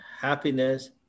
Happiness